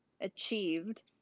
achieved –